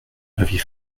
avis